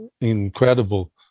incredible